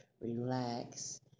relax